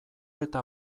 eta